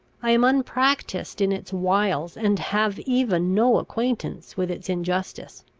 i am unpractised in its wiles, and have even no acquaintance with its injustice.